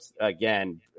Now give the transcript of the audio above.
again